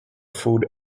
food